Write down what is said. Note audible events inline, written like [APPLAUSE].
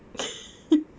[LAUGHS]